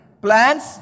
Plans